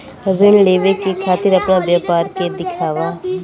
ऋण लेवे के खातिर अपना व्यापार के दिखावा?